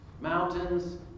mountains